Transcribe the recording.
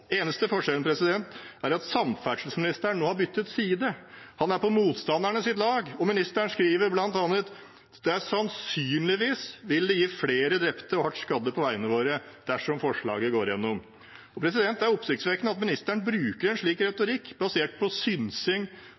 eneste forskjellen er at samferdselsministeren nå har byttet side. Han er på motstandernes lag. Ministeren skriver bl.a. at det «sannsynligvis vil bli flere drepte og hardt skadde på veiene våre» dersom forslaget går igjennom. Det er oppsiktsvekkende at ministeren bruker en slik retorikk, basert på synsing